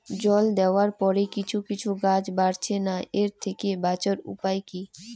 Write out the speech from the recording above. জল দেওয়ার পরে কিছু কিছু গাছ বাড়ছে না এর থেকে বাঁচার উপাদান কী?